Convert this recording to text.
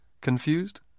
confused